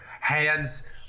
hands